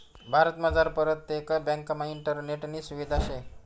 भारतमझार परतेक ब्यांकमा इंटरनेटनी सुविधा शे